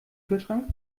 kühlschrank